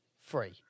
free